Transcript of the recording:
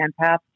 empath